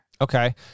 Okay